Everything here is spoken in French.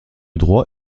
droit